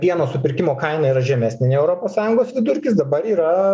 pieno supirkimo kaina yra žemesnė nei europos sąjungos vidurkis dabar yra